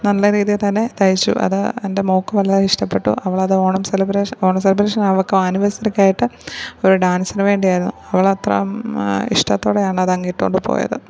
നല്ല രീതിയിൽത്തന്നെ തയ്ച്ചു അത് എന്റെ മോൾക്ക് വല്ലാതെ ഇഷ്ടപ്പെട്ടു അവളത് ഓണം സെലിബ്രേഷന് ഓണം സെലിബ്രേഷന് അവൾക്കാനുവേഴ്സറിക്കായിട്ട് ഒരു ഡാന്സിനു വേണ്ടിയായിരുന്നു അവളത്ര ഇഷ്ടത്തോടെയാണ് അതങ്ങിട്ടു കൊണ്ടു പോയത്